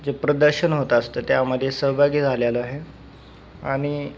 जे प्रदर्शन होत असतं त्यामध्ये सहभागी झालेलो आहे आणि